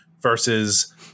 versus